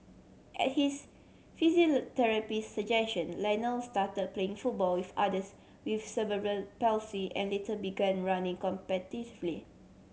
at his physiotherapist suggestion Lionel start playing football with others with cerebral palsy and later began running competitively